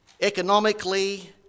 economically